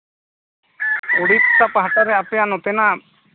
ᱩᱲᱤᱥᱥᱟ ᱯᱟᱦᱴᱟ ᱨᱮ ᱟᱯᱮᱭᱟᱜ ᱱᱚᱛᱮᱱᱟᱜ